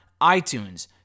iTunes